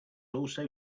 also